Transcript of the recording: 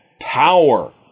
power